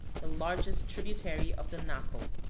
the largest tributary of the napo.